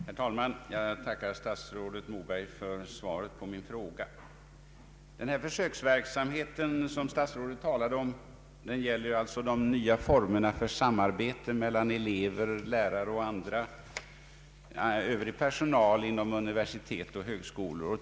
Herr talman! Jag tackar statsrådet Moberg för svaret på min fråga. Den försöksverksamhet som statsrådet talar om gäller alltså de nya formerna för samarbete mellan elever, lärare och övrig personal inom universitet och högskolor.